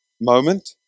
moment